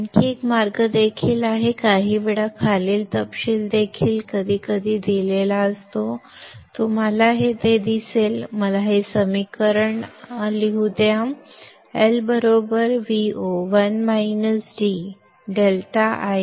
आणखी एक मार्ग देखील आहे काहीवेळा खालील तपशील देखील कधीकधी दिलेला असतो तुम्हाला ते दिसेल मला हे समीकरण लिहू दे L Vo 1 - d ∆IL fs